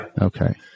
okay